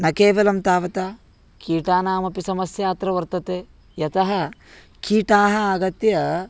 न केवलं तावत् कीटानामपि समस्या अत्र वर्तते यतः कीटाः आगत्य